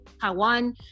Taiwan